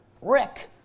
Rick